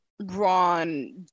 Ron